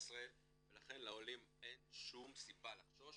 ישראל ולכן לעולים אין שום סיבה לחשוש.